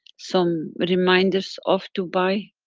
some reminders of dubai.